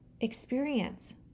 experience